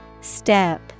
Step